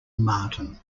martin